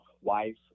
wife